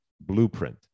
blueprint